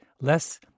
less